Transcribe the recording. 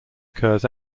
occurs